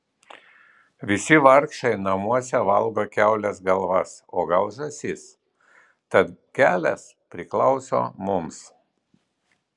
visi vargšai namuose valgo kiaulės galvas o gal žąsis tad kelias priklauso mums